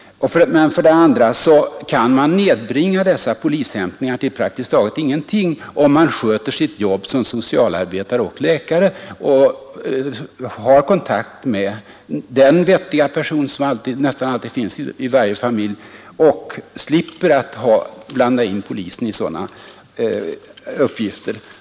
Men för det andra kan man nedbringa dessa polishämtningar till praktiskt taget ingenting, om man sköter sitt jobb som socialarbetare och läkare med takt och tålamod och har kontakt med den vettiga person som nästan alltid finns i varje familj, så att man helt slipper blanda in polisen i sådana uppgifter.